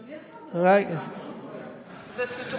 אדוני השר, זה לא